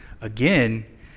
Again